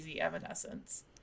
Evanescence